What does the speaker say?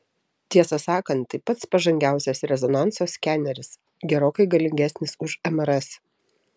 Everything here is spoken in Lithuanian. tiesą sakant tai pats pažangiausias rezonanso skeneris gerokai galingesnis už mrs